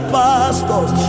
pastors